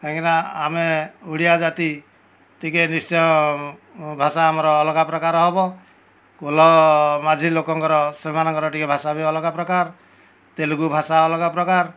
କାହିଁକି ନା ଆମେ ଓଡ଼ିଆ ଜାତି ଟିକେ ନିଶ୍ଚୟ ଭାଷା ଆମର ଅଲଗା ପ୍ରକାର ହେବ କୋଲ୍ହ ମାଝୀ ଲୋକଙ୍କର ସେମାନଙ୍କର ଟିକେ ଭାଷା ବି ଅଲଗା ପ୍ରକାର ତେଲୁଗୁ ଭାଷା ଅଲଗା ପ୍ରକାର